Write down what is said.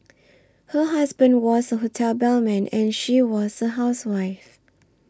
her husband was a hotel bellman and she was a housewife